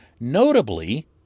Notably